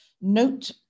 note